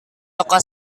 toko